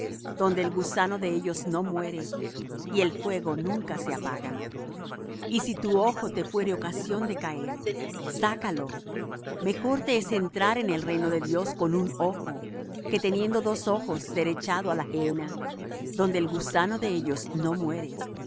donde el gusano de ellos no muere y el fuego nunca se apaga y si tu ojo te fuere ocasión de caer sácalo mejor te es entrar al reino de dios con un ojo que teniendo dos ojos ser echado á la gehenna donde el gusano de ellos no muere